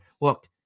Look